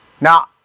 Now